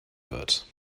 wird